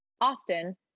Often